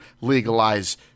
legalize